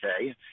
okay